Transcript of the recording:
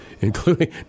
including